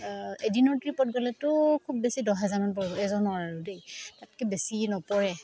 এদিনৰ ট্ৰিপত গ'লেতো খুব বেছি দহহেজাৰ মান পৰিব এজনৰ আৰু দেই তাতকে বেছি নপৰে